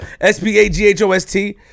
S-P-A-G-H-O-S-T